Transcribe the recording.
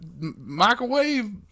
microwave